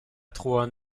trois